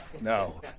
No